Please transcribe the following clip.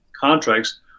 contracts